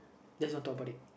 just don't talk about it